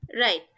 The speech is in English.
Right